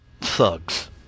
thugs